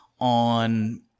on